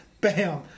bam